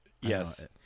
Yes